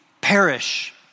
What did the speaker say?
perish